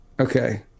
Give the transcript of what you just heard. okay